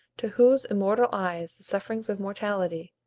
to whose immortal eyes the sufferings of mortality,